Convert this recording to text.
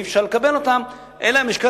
ואי-אפשר לקבל אותן אלא אם כן לשכת